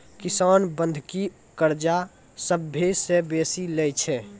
किसान बंधकी कर्जा सभ्भे से बेसी लै छै